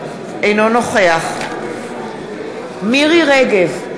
אינו נוכח מירי רגב,